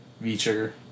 V-Trigger